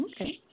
Okay